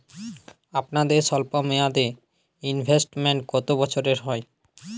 আপনাদের স্বল্পমেয়াদে ইনভেস্টমেন্ট কতো বছরের হয়?